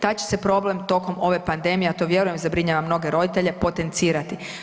Taj će se problem tokom ove pandemije, a to, vjeruje, zabrinjava mnoge roditelje, potencirati.